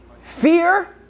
fear